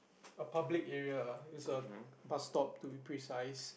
a public area is a bus stop to be precise